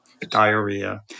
diarrhea